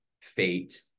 fate